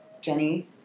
Jenny